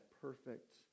perfect